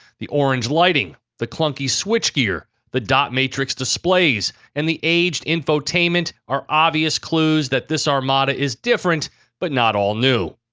the orange lighting, the clunky switchgear, the dot matrix displays and the aged infotainment are obvious clues that this armada is different but not all-new.